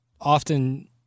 often